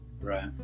right